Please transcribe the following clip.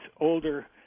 older